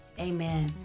amen